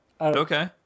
Okay